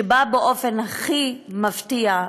שבא באופן הכי מפתיע,